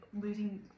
losing